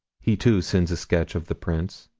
he, too, sends a sketch of the prints.